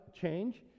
change